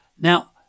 Now